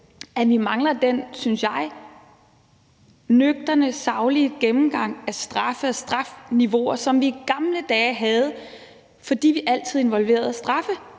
at vi mangler den, synes jeg, nøgterne, saglige gennemgang af straffe og strafniveauer, som vi i gamle dage havde, fordi vi altid involverede